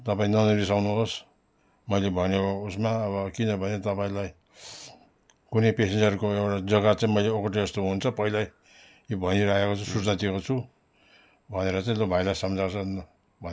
तपाईँ नरिसाउनु होस् मैले भनेको उसमा अब किनभने तपाईँलाई कुनै पेसेन्जरको एउटा जग्गा चाहिँ मैले ओगटेको जस्तो हुन्छ पहिल्यै यो भनि राखेको सुचना दिएको छु भनेर चाहिँ लु भाइलाई सम्झा